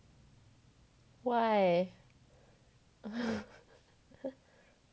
why